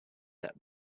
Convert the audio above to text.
that